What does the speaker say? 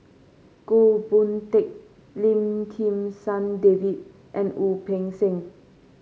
Goh Boon Teck Lim Kim San David and Wu Peng Seng